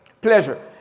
pleasure